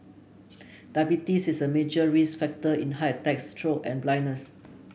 diabetes is a major risk factor in heart attacks stroke and blindness